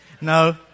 No